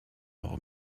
leur